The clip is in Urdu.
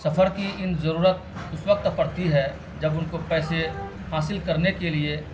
سفر کی ان ضرورت اس وقت پڑتی ہے جب ان کو پیسے حاصل کرنے کے لیے